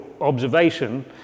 observation